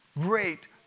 great